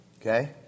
Okay